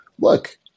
look